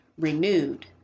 renewed